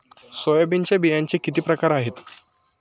सोयाबीनच्या बियांचे किती प्रकार आहेत?